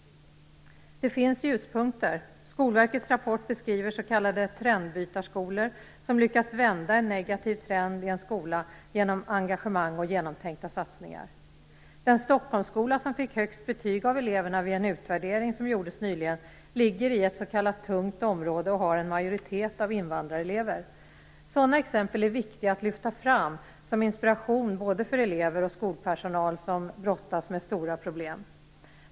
Det finns ljuspunkter. Skolverkets rapport beskriver s.k. trendbytarskolor som lyckas vända en negativ trend i en skola genom engagemang och genomtänkta satsningar. Den Stockholmsskola som fick högst betyg av eleverna vid en utvärdering som gjordes nyligen ligger i ett s.k. tungt område och har en majoritet av invandrarelever. Sådana exempel är viktiga att lyfta fram som inspiration både för elever och skolpersonal som brottas med stora problem.